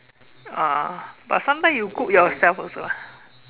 oh but sometimes you cook yourself also ah